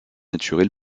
naturel